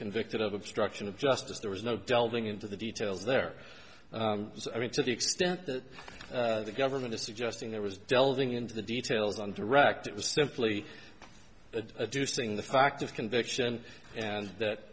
convicted of obstruction of justice there was no delving into the details there was i mean to the extent that the government is suggesting there was delving into the details on direct it was simply a juicing the fact of conviction and that